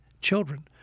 children